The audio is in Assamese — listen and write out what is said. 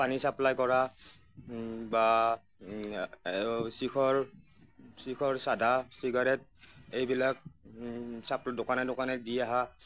পানী চাপ্লাই কৰা বা চিখৰ চিখৰ চাধা চিগাৰেট এইবিলাক চাপ দোকানে দোকানে দি অহা